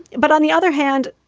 but on the other hand,